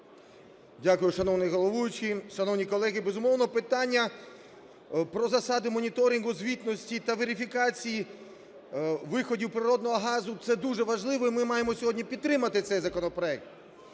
Дякую, шановний головуючий. Шановні колеги, безумовно, питання про засади моніторингу звітності та верифікації виходів природнього газу, це дуже важливо. І ми маємо сьогодні підтримати цей законопроект.